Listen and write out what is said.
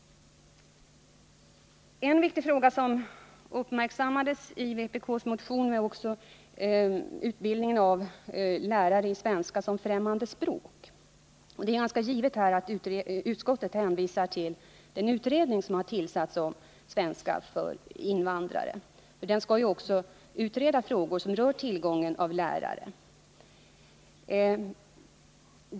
En viktig fråga som uppmärksammats i vpk:s motion är utbildningen av lärare i svenska som främmande språk. Utskottet hänvisar till utredningen om svenska för invandrare, som också har att utreda frågor som rör tillgången på lärare.